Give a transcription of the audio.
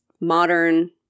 modern